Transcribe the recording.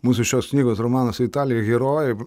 mūsų šios knygos romanas su italija herojai